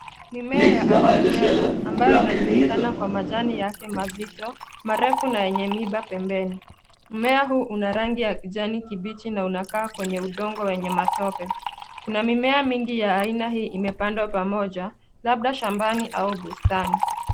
Mimea ya aloe vera ambayo inajulikana kwa majani yake mazito, marefu na yenye miba pembeni. Mmea huu una rangi ya kijani kibichi na unakaa kwenye udongo wenye matope. Kuna mimea mingi ya aina hii imepandwa pamoja, labda shambani au bustani.